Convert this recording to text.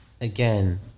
again